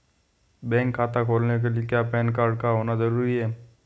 Bank खाता खोलने के लिए क्या पैन कार्ड का होना ज़रूरी है?